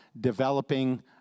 developing